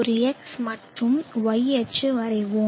ஒரு x மற்றும் y அச்சு வரைவோம்